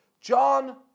John